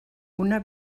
una